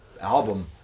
album